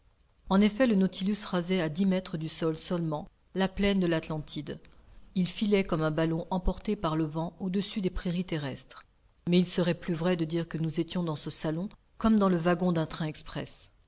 en effet le nautilus rasait à dix mètres du sol seulement la plaine de l'atlantide il filait comme un ballon emporté par le vent au-dessus des prairies terrestres mais il serait plus vrai de dire que nous étions dans ce salon comme dans le wagon d'un train express